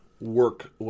Work